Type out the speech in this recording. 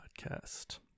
podcast